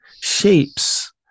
shapes